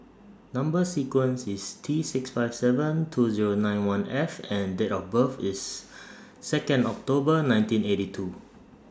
Number sequence IS T six five seven two Zero nine one F and Date of birth IS Second October nineteen eighty two